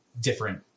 different